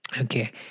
okay